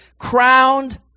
crowned